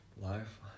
life